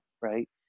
Right